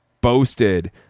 boasted